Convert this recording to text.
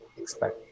Expect